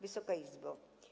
Wysoka Izbo!